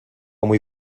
muy